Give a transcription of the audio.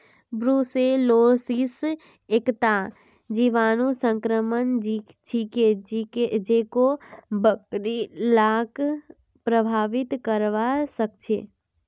brucellosis एकता जीवाणु संक्रमण छिके जेको बकरि लाक प्रभावित करवा सकेछे